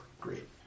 Great